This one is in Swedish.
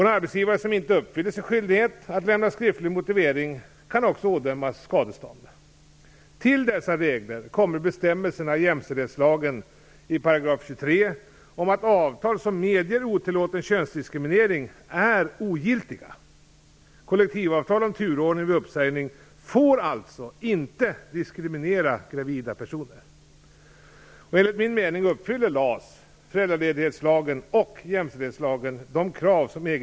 En arbetsgivare som inte fullgör sin skyldighet att lämna skriftlig motivering kan ådömas skadestånd. Till dessa regler kommer bestämmelserna i jämställdhetslagen om att avtal som medger otillåten könsdiskriminering är ogiltiga. Kollektivavtal om turordning vid uppsägning får alltså inte diskriminera gravida. Enligt min mening uppfyller LAS, föräldraledighetslagen och jämställdhetslagen de krav som EG